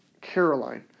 Caroline